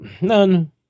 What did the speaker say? none